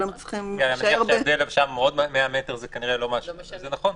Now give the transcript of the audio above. אני מניח שההבדל שם של עוד 100 מטר הוא כנראה לא משנה אבל זה נכון,